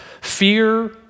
fear